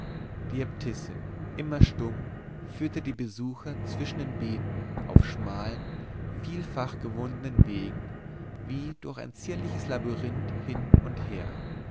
die äbtissin immer stumm führte die besucher zwischen den beeten auf schmalen vielfach gewundenen wegen wie durch ein zierliches labyrinth hin und her